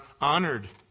honored